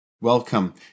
Welcome